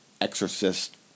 exorcist